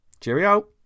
Cheerio